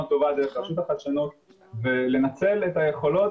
טובה דרך הרשות לחדשנות ולנצל את היכולות